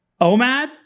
omad